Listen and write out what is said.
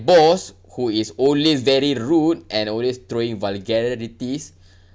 boss who is always very rude and always throwing vulgarities